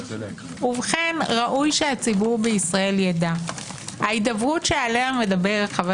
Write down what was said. ובכן ראוי שהציבור בישראל יידע: ההידברות שעליה מדבר חבר